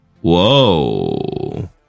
whoa